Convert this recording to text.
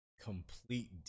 complete